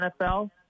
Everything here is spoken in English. NFL